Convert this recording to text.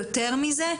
יותר מזה: